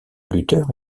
lutteur